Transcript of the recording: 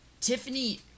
Tiffany